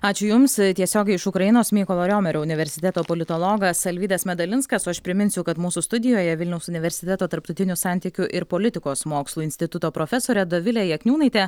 ačiū jums tiesiogiai iš ukrainos mykolo riomerio universiteto politologas alvydas medalinskas o aš priminsiu kad mūsų studijoje vilniaus universiteto tarptautinių santykių ir politikos mokslų instituto profesorė dovilė jakniūnaitė